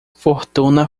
fortuna